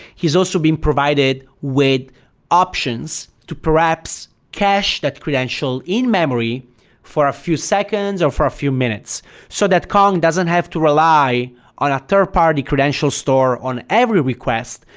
he's also being provided with options to perhaps cache that credential in-memory for a few seconds or for a few minutes so that kong doesn't have to rely on a third-party credential store on every request,